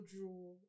draw